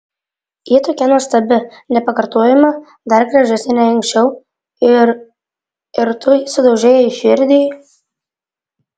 ji tokia nuostabi nepakartojama dar gražesnė nei anksčiau ir ir tu sudaužei jai širdį